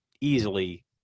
easily